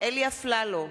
אלי אפללו,